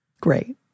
Great